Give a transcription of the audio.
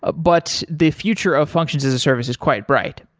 ah but the future of functions as a service is quite bright.